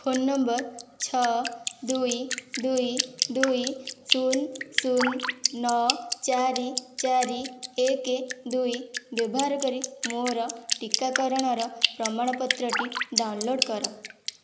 phone ନମ୍ବର ଛଅ ଦୁଇ ଦୁଇ ଦୁଇ ଶୁନ ଶୁନ ନଅ ଚାରି ଚାରି ଏକ ଦୁଇ ବ୍ୟବହାର କରି ମୋର ଟିକାକରଣର ପ୍ରମାଣପତ୍ରଟି ଡାଉନଲୋଡ୍ କର